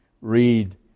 read